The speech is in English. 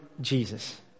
Jesus